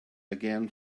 again